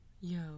yo